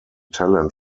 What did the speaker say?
talent